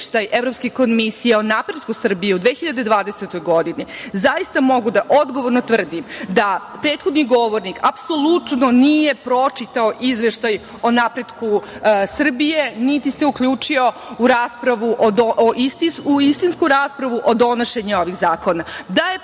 Evropske komisije o napretku Srbije u 2020. godini, zaista mogu da odgovorno tvrdim da prethodni govornik apsolutno nije pročitao Izveštaj o napretku Srbije, niti se uključio u istinsku raspravu o donošenju ovih zakona.